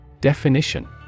Definition